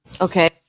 okay